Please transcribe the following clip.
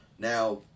Now